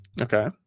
Okay